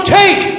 take